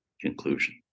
conclusion